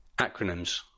Acronyms